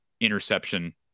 interception